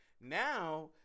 Now